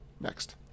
next